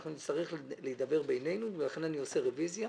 אנחנו נצטרך להידבר בינינו ולכן אני עושה רביזיה,